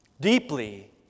deeply